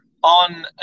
on